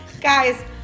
Guys